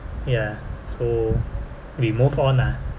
ya so we move on ah